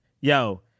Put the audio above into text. Yo